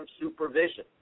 supervision